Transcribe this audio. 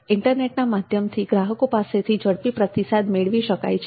ઇન્ટરનેટના માધ્યમથી ગ્રાહકો પાસેથી ઝડપી પ્રતિસાદ મેળવી શકાય છે